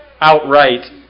outright